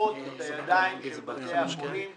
מכופפות את הידיים של בתי החולים